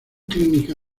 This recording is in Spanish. clínica